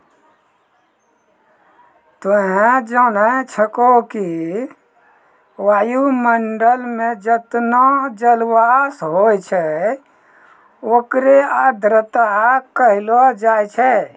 तोहं जानै छौ कि वायुमंडल मं जतना जलवाष्प होय छै होकरे आर्द्रता कहलो जाय छै